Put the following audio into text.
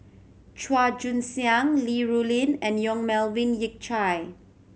Chua Joon Siang Li Rulin and Yong Melvin Yik Chye